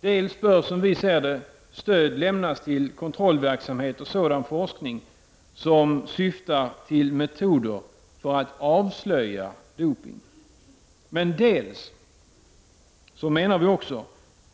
Dels bör, som vi ser det, stöd lämnas till kontrollverksamhet och sådan forskning som syftar till metoder för att avslöja dopning. Dels menar vi också